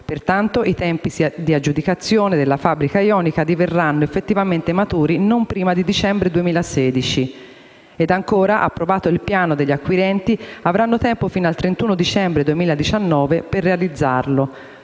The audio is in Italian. Pertanto, i tempi di aggiudicazione della fabbrica ionica diverranno effettivamente maturi non prima di dicembre 2016. E ancora, approvato il piano, gli acquirenti avranno tempo fino al 31 dicembre 2019 per realizzarlo,